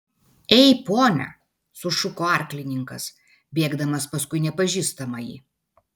ei pone sušuko arklininkas bėgdamas paskui nepažįstamąjį